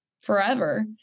forever